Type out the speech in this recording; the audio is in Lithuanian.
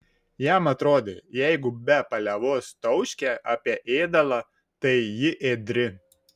jam atrodė jeigu be paliovos tauškia apie ėdalą tai ji ėdri